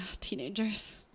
Teenagers